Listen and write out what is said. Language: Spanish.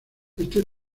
este